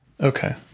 Okay